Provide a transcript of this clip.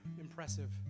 impressive